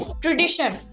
tradition